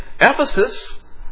Ephesus